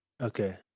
Okay